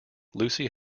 lucy